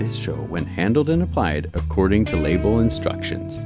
this show when handled and applied according to label instructions